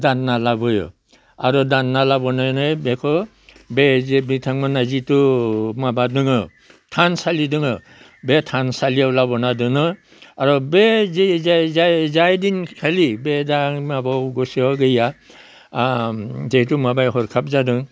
दानना लाबोयो आरो दानना लाबोनानै बेखो बे जे बिथांमोनहा जिथु माबा दोङो थानसालि दोङो बे थानसालियाव लाबोना दोनो आरो बे जे जे जाय जाय जायदिनखालि बे दा आंनि माबायाव गोसोआव गैया ओ जेहैथु माबाया हरखाब जादों